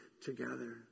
together